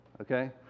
okay